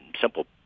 simple